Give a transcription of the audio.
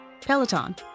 Peloton